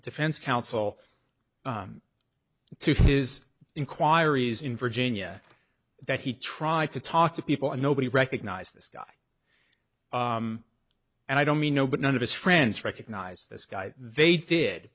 defense counsel to his inquiries in virginia that he tried to talk to people and nobody recognized this guy and i don't mean no but none of his friends recognized this guy they did